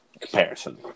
Comparison